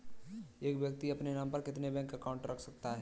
एक व्यक्ति अपने नाम पर कितने बैंक अकाउंट रख सकता है?